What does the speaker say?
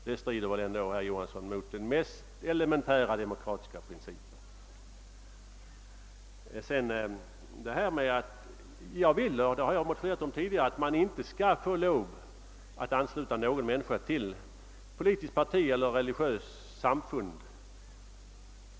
Det strider väl ändå mot de mest elementära demokratiska principer, herr Johansson! Jag vill — och det har jag motionerat om tidigare — att ingen människa skall kunna med tvång anslutas till något politiskt parti eller religiöst samfund.